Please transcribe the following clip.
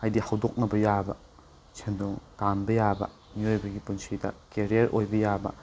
ꯍꯥꯏꯗꯤ ꯍꯧꯗꯣꯛꯅꯕ ꯌꯥꯕ ꯁꯦꯟꯗꯣꯡ ꯇꯥꯟꯕ ꯌꯥꯕ ꯃꯤꯑꯣꯏꯕꯒꯤ ꯄꯨꯟꯁꯤꯗ ꯀꯦꯔꯤꯌꯔ ꯑꯣꯏꯕ ꯌꯥꯕ